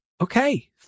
okay